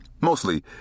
mostly